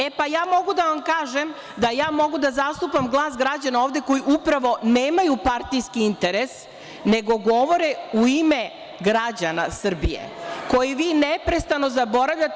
E, pa ja mogu da vam kažem da ja mogu da zastupam glas građana ovde koji upravo nemaju partijski interes, nego govore u ime građana Srbije, koji vi neprestano zaboravljate.